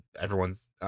everyone's